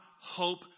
hope